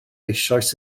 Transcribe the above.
eisoes